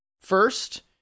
first